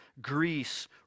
Greece